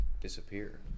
disappear